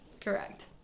Correct